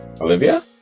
Olivia